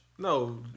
No